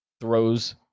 throws